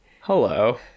Hello